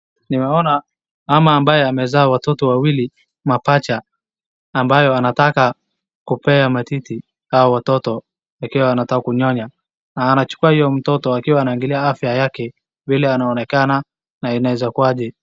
Nimeona mama ambae amezaa watoto wawili mapacha ambayo anataka kupea matiti. Hawa watoto ikiwa wanataka kunyonya. Na anachukua hiyo mtoto akiwa anangalia afya yake vile anaonekana na inaweza kuwa aje.